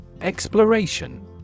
Exploration